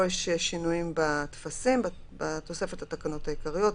פה יש שינויים בטפסים: -- תיקון התוספת (8) בתוספת לתקנות העיקריות,